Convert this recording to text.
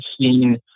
seen